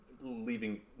leaving